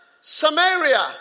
Samaria